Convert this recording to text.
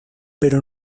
pero